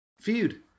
Feud